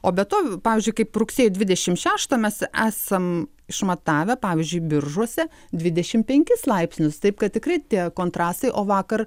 o be to pavyzdžiui kaip rugsėjo dvidešim šeštą mes esam išmatavę pavyzdžiui biržuose dvidešim penkis laipsnius taip kad tikrai tie kontrastai o vakar